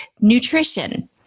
nutrition